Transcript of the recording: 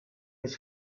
his